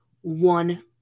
one